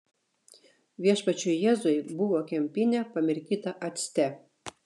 viešpačiui jėzui buvo kempinė pamirkyta acte